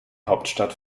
hauptstadt